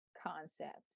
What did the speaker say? concept